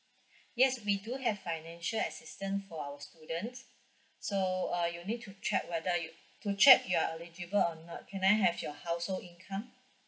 yes we do have financial assistance for our student so uh you need to check whether you to check you are eligible or not can I have your household income